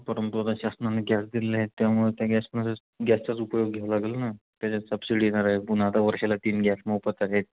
परंतु आता शासनाने गॅस दिलेले आहेत त्यामुळे त्या गॅसमध्येच गॅसचाच उपयोग घ्यावं लागेल ना त्याच्यात सबसिडी येणार आहे पुन्हा आता वर्षाला तीन गॅस मोफत आहेत